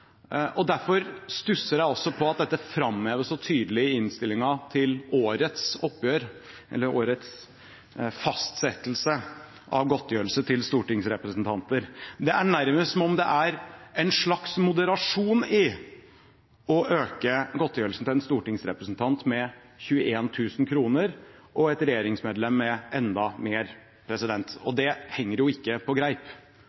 det. Derfor stusser jeg også på at dette framheves så tydelig i innstillingen om årets fastsettelse av godtgjørelse til stortingsrepresentanter. Det er nærmest som om det er en slags moderasjon i å øke godtgjørelsen til en stortingsrepresentant med 21 000 kr og til et regjeringsmedlem med enda mer.